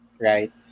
right